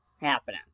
happening